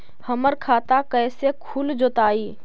हमर खाता कैसे खुल जोताई?